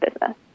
business